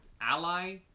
ally